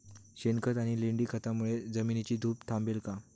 शेणखत आणि लेंडी खतांमुळे जमिनीची धूप थांबेल का?